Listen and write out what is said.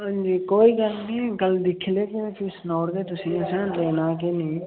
हां जी कोई गल्ल नेईं कल दिक्खी लैगे फिरी सनाई ओड़गे तुसेंगी असेें देना कि नेईं